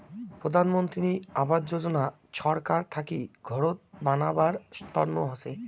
প্রধান মন্ত্রী আবাস যোজনা ছরকার থাকি ঘরত বানাবার তন্ন হসে